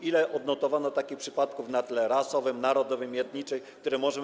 Ile odnotowano takich przypadków, na tle rasowym, narodowym i etnicznym, które możemy.